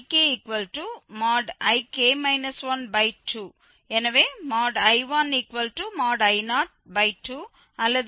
எனவே I1I02 அல்லது I2I12